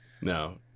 No